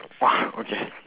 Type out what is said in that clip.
!wah! okay